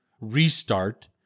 restart